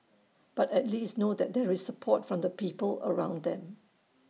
but at least know that there is support from the people around them